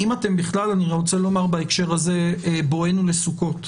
בהקשר הזה, בואנו לסוכות,